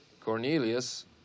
Cornelius